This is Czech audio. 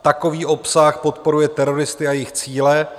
Takový obsah podporuje teroristy a jejich cíle.